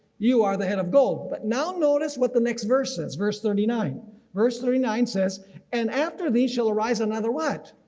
you are the head of gold. but now notice what the next verse says, verse thirty nine verse thirty nine says and after thee shall arise another what.